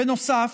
בנוסף,